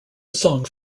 songs